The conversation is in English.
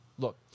Look